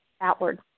outward